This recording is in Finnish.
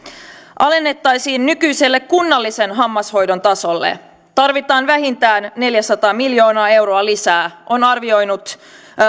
alennettaisiin nykyiselle kunnallisen hammashoidon tasolle tarvitaan vähintään neljäsataa miljoonaa euroa lisää on arvioinut